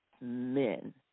men